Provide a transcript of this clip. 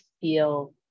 feel